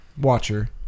watcher